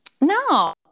No